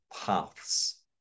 paths